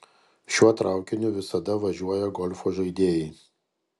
šiuo traukiniu visada važiuoja golfo žaidėjai